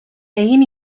egin